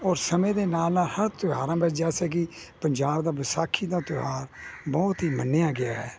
ਔਰ ਸਮੇਂ ਦੇ ਨਾਲ ਨਾਲ ਹਰ ਤਿਉਹਾਰਾਂ ਦਾ ਜੈਸੇ ਕਿ ਪੰਜਾਬ ਦਾ ਵਿਸਾਖੀ ਦਾ ਤਿਉਹਾਰ ਬਹੁਤ ਹੀ ਮੰਨਿਆ ਗਿਆ ਹੈ